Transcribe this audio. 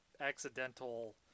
accidental